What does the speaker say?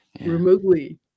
remotely